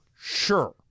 sure